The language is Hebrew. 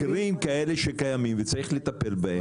מקרים כאלה שקיימים וצריך לטפל בהם,